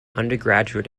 undergraduate